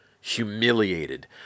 Humiliated